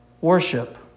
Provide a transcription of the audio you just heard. Worship